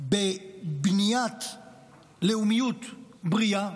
בבניית לאומיות בריאה,